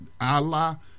Allah